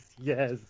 yes